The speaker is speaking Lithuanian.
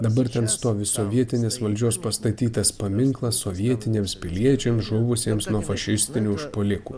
dabar ten stovi sovietinės valdžios pastatytas paminklas sovietiniams piliečiams žuvusiems nuo fašistinių užpuolikų